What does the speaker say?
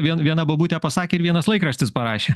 vien viena bobutė pasakė ir vienas laikraštis parašė